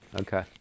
okay